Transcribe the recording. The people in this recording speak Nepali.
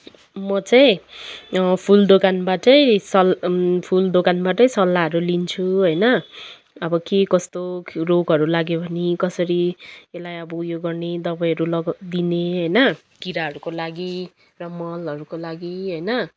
म चाहिँ फुल दोकानबाटै सल फुल दोकानबाटै सल्लाहहरू लिन्छु होइन अब के कस्तो रोगहरू लाग्यो भने कसरी त्यसलाई अब उयो गर्ने दबाईहरू लगाऊ दिने होइन किराहरूको लागि र मलहरूको लागि होइन